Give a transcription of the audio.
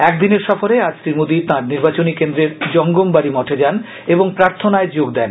একদিনের সফরে আজ শ্রীমোদী তাঁর নির্বাচনী কেন্দ্রের জঙ্গঁমবাড়ি মঠে যান এবং প্রার্থনায় যোগ দেন